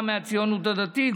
גם מהציונות הדתית,